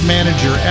Manager